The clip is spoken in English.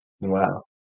Wow